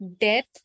death